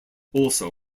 also